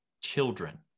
children